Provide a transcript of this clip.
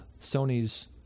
Sony's